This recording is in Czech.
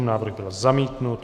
Návrh byl zamítnut.